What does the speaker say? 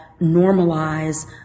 normalize